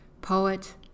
Poet